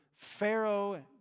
Pharaoh